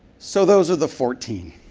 so those are the fourteen.